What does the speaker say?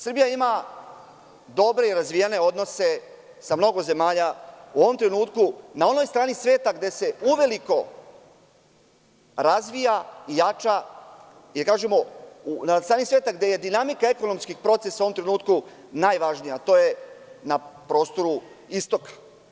Srbija ima dobre i razvijene odnose sa mnogo zemalja, u ovom trenutku na onoj strani sveta gde se uveliko razvija i jača i gde je dinamika ekonomskih procesa u ovom trenutku najvažnija – na prostoru Istoka.